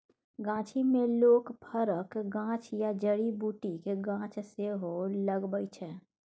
गाछी मे लोक फरक गाछ या जड़ी बुटीक गाछ सेहो लगबै छै